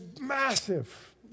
massive